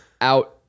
out